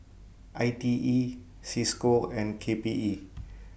I T E CISCO and K P E